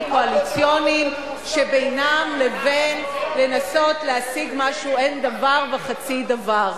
קואליציוניים שבינם לבין לנסות להשיג משהו אין דבר וחצי דבר.